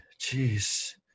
Jeez